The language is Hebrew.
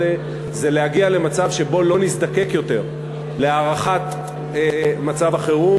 זה להגיע למצב שבו לא נזדקק יותר להארכת מצב החירום,